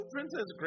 Princess